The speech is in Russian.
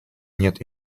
нет